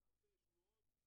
הרווחה והבריאות.